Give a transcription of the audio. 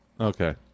Okay